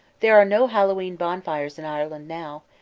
there are no hallowe'en bonfires in ireland now,